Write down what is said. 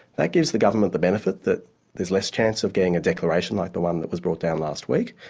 that gives the government the benefit that there's less chance of getting a declaration like the one that was brought down last week,